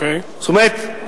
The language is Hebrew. זאת אומרת,